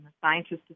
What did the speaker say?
scientists